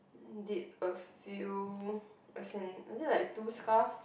did a few as in as in like two scarf